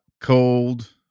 cold